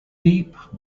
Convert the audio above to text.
deep